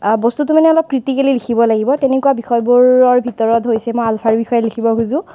বস্তুটো মানে অলপ ক্ৰিটিকেলী লিখিব লাগিব তেনেকুৱা বিষয়বোৰৰ ভিতৰত হৈছে মই আলফাৰ বিষয়ে লিখিব বিচাৰোঁ